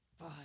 bye